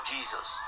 Jesus